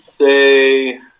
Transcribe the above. say